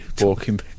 walking